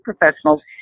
professionals